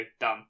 done